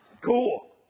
Cool